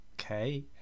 Okay